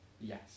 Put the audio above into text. Yes